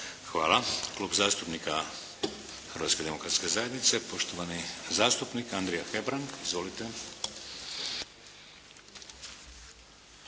Hvala. Klub zastupnika Hrvatske demokratske zajednice, poštovani zastupnik Andrija Hebrang. Izvolite.